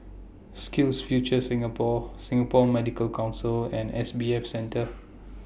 SkillsFuture Singapore Singapore Medical Council and S B F Center